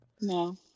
No